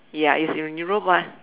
ya is in Europe ah